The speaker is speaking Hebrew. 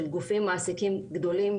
של גופים מעסיקים גדולים,